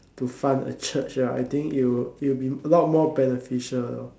to fund a church ah I think it will it will be a lot more beneficial